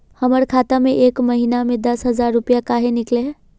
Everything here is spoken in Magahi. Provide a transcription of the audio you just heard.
हमर खाता में एक महीना में दसे हजार रुपया काहे निकले है?